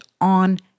on